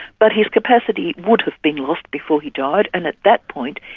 but his capacity would have been lost before he died, and at that point,